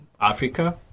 Africa